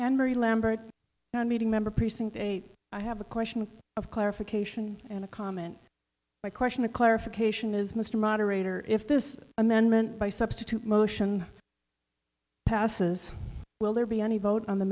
and very lambert now meeting member precinct eight i have a question of clarification and a comment my question to clarification is mr moderator if this amendment by substitute motion passes well there be any vote on the